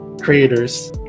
creators